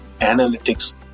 analytics